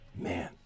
Man